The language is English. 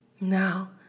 Now